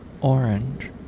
orange